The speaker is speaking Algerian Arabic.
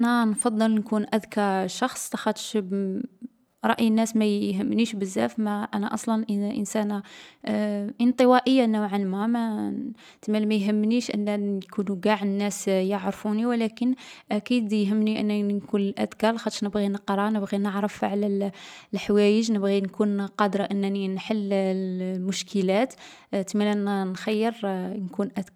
أنا نفضل نكون أذكي شخص لاخاطش رأي الناس ما يـ يهمنيش بزاف، ما أنا أصلا انسانة انطوائية نوعا ما. تسمالا ما نـ ما يهمنيش أن يكونو قاع الناس يعرفوني. و لكن أكيد يهمني انني نكون الأذكى لاخاطش نبغي نقرا، نبغي نعرف على الـ الحوايج، نبغي نكون قادرة أنني نحل الـ المشكلات. تسمالا نـ نخيّر نكون أذكى.